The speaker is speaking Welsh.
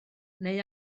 neu